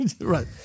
Right